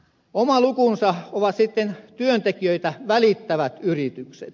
oma lukunsa ovat sitten työntekijöitä välittävät yritykset